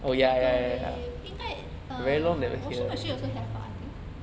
microwave 应该也 uh washing machine also have bah I think